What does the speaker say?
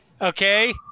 Okay